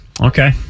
Okay